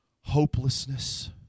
hopelessness